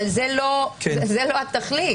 אבל זאת לא התכלית.